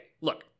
Look